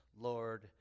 Lord